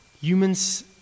humans